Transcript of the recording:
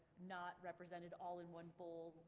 not represented all in one bowl,